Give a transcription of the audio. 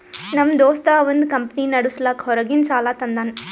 ನಮ್ ದೋಸ್ತ ಅವಂದ್ ಕಂಪನಿ ನಡುಸ್ಲಾಕ್ ಹೊರಗಿಂದ್ ಸಾಲಾ ತಂದಾನ್